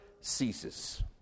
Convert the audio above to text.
ceases